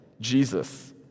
Jesus